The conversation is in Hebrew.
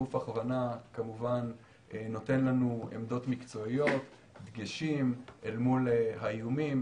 גוף הכוונה שנותן לנו עמדות מקצועיות ודגשים אל מול האיומים,